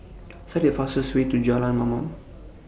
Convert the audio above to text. Select The fastest Way to Jalan Mamam